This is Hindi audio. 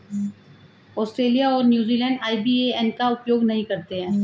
ऑस्ट्रेलिया और न्यूज़ीलैंड आई.बी.ए.एन का उपयोग नहीं करते हैं